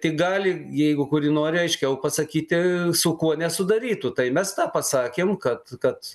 tai gali jeigu kuri nori aiškiau pasakyti su kuo nesudarytų tai mes tą pasakėm kad kad